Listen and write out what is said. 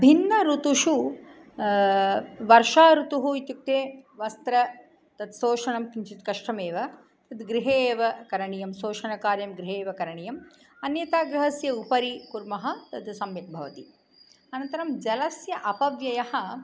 भिन्न ऋतुषु वर्षा ऋतुः इत्युक्ते वस्त्र तत् सोषणं किञ्चित् कष्टमेव तद् गृहे एव करणीयं सोषणकार्यं गृहे एव करणीयम् अन्यथा गृहस्य उपरि कुर्मः तद् सम्यक् भवति अनन्तरं जलस्य अपव्ययः